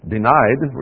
Denied